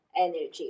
energy